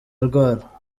arwara